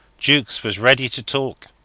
jukes was ready to talk